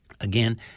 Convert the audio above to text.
again